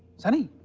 sunny.